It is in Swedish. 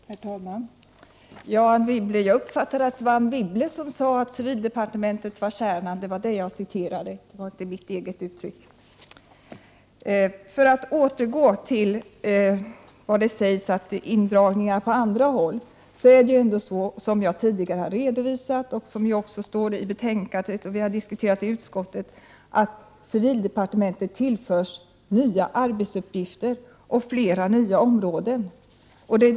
Herr talman! Jag uppfattade att det var Anne Wibble som sade att civildepartementet var kärnan — det var det jag citerade. Det var inte mitt eget uttryck. För att återgå till vad som sägs om indragning på andra håll vill jag framhålla att det är så, som jag tidigare har redovisat, som det också står i betänkandet och som vi har diskuterat i utskottet, att civildepartementet tillförs nya arbetsuppgifter och flera nya områden.